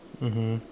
mmhmm